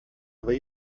aber